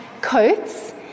coats